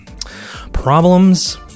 problems